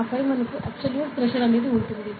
ఆపై మనకు absolute pressure ఉంటుంది